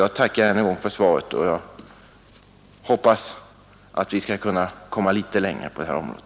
Jag tackar än en gång för svaret och hoppas att vi skall kunna komma litet längre på det här området.